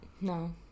No